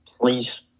please